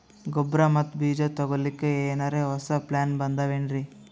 ಗೊಬ್ಬರ ಮತ್ತ ಬೀಜ ತೊಗೊಲಿಕ್ಕ ಎನರೆ ಹೊಸಾ ಪ್ಲಾನ ಬಂದಾವೆನ್ರಿ?